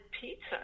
pizza